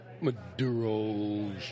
Maduro's